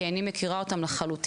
כי אני לא מכירה אותם לחלוטין,